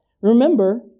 Remember